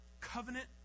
Covenant